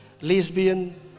lesbian